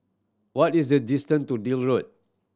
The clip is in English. what is the distant to Deal Road